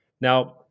Now